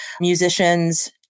musicians